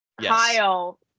kyle